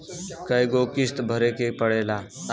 कय गो किस्त भरे के पड़ेला?